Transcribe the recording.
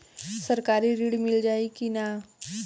व्यापारी ऋण मिल जाई कि ना?